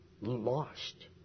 lost